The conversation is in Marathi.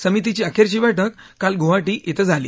समितीची अखेरची बैठक काल गुवाहाटी इथं झाली